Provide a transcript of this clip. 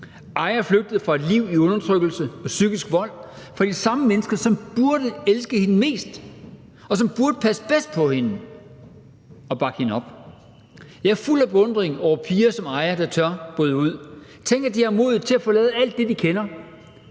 Aya flygtede fra et liv i undertrykkelse og psykisk vold fra de samme mennesker, som burde elske hende mest, og som burde passe bedst på hende og bakke hende op. Jeg er fuld af beundring over piger som Aya, der tør at bryde ud. Tænk, at de har modet til at forlade alt det, de kender,